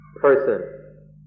person